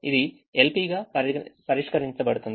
ఇది LP గా పరిష్కరించబడుతుంది